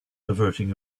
averting